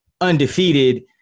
undefeated